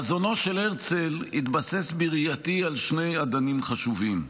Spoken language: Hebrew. חזונו של הרצל התבסס על שני אדנים חשובים: